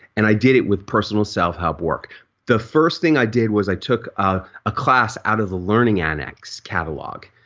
and i did it with personal self-help work the first thing i did was i took a ah class out of the learning annex catalog.